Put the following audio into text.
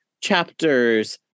chapters